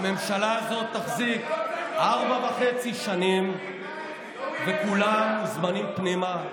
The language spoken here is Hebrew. הממשלה הזאת תחזיק ארבע וחצי שנים וכולם מוזמנים פנימה.